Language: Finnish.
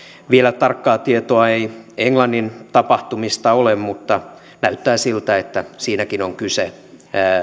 vielä tarkkaa tietoa ei englannin tapahtumista ole mutta näyttää siltä että niissäkin on kyse